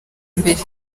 mbere